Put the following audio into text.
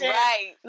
right